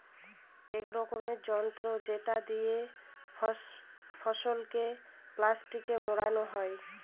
এক রকমের যন্ত্র যেটা দিয়ে ফসলকে প্লাস্টিকে মোড়া হয়